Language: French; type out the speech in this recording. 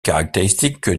caractéristique